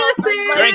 drink